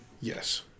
Yes